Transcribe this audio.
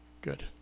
good